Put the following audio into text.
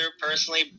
personally